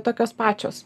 tokios pačios